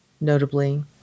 notably